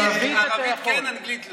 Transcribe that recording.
ערבית כן, אנגלית לא.